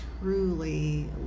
truly